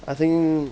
I think